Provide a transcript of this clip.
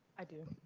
i do.